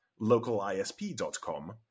localisp.com